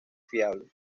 fiable